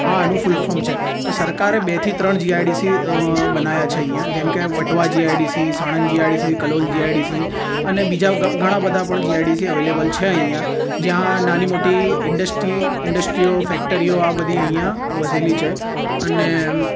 આ આનું ફૂલફોર્મ છે તો સરકારે બે થી ત્રણ જીઆઈડીસી બનાવ્યા છે અહીંયાં જેમ કે Vatva GIDC Sanand GIDC Kalol GIDC અને બીજા ઘણા ઘણા બધા પણ જીઆઈડીસી અવેલેબલ છે અહીંયાં જ્યાં નાની મોટી ઇન્ડસ્ટ્રી ઇન્ડસ્ટ્રીઓ ફેક્ટરીઓ આ બધી અહીંયાં વસેલી છે અને